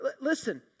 Listen